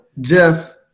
Jeff